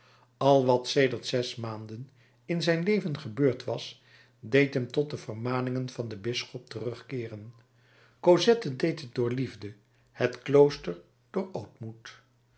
al wat sedert zes maanden in zijn leven gebeurd was deed hem tot de vermaningen van den bisschop terugkeeren cosette deed het door liefde het klooster door ootmoed